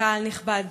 וקהל נכבד,